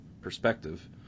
perspective